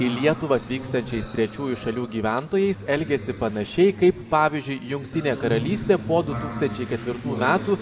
į lietuvą atvykstančiais trečiųjų šalių gyventojais elgiasi panašiai kaip pavyzdžiui jungtinė karalystė po du tūkstančiai ketvirtų metų